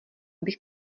bych